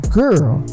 girl